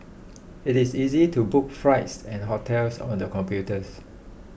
it is easy to book flights and hotels on the computers